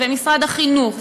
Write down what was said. משרד החינוך,